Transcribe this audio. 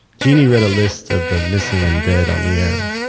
genie read a list of the missing and dead on the air.